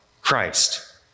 Christ